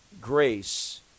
grace